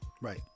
Right